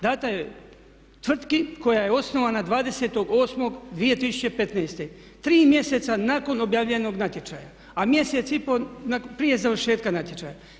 Dana je tvrtki koja je osnovana 20.8.2015. 3 mjeseca nakon objavljenog natječaja, a mjesec i pol prije završetka natječaja.